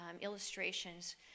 illustrations